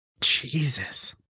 Jesus